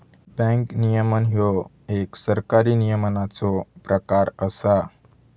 bank नियमन ह्यो एक सरकारी नियमनाचो प्रकार असा